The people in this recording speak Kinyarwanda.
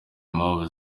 impamvu